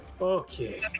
Okay